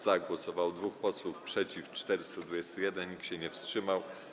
Za głosowało 2 posłów, przeciw - 421, nikt się nie wstrzymał.